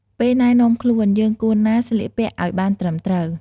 ពេលណែនាំខ្លួន យើងគួរណាស្លៀកពាក់ឲ្យបានត្រឹមត្រូវ។